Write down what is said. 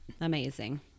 Amazing